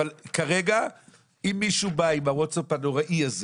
כרגע אם מישהו בא עם הווטסאפ הנוראי הזה